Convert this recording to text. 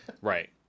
Right